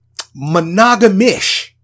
monogamish